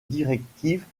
directives